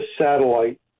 satellite